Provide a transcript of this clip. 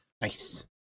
Nice